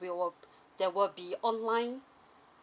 we will there will be online